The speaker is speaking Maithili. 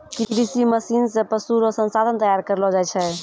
कृषि मशीन से पशु रो संसाधन तैयार करलो जाय छै